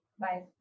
Bye